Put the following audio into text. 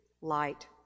light